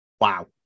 Wow